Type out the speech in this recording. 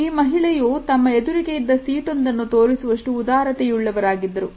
ಈ ಮಹಿಳೆಯ ತಮ್ಮ ಎದುರಿಗೆ ಇದ್ದ ಸೀಟು ಒಂದನ್ನು ತೋರಿಸುವಷ್ಟು ಉದಾರತೆ ಉಳ್ಳವರಾಗಿದ್ದರು